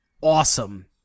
awesome